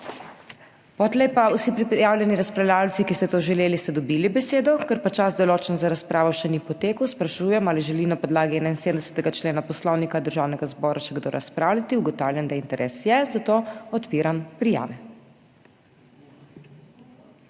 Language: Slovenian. okej. Vsi prijavljeni razpravljavci, ki ste to želeli, ste dobili besedo. ker pa čas določen za razpravo še ni potekel, sprašujem, ali želi na podlagi 71. člena Poslovnika Državnega zbora še kdo razpravljati? Ugotavljam, da interes je, zato odpiram prijave.